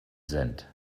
sind